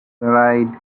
varied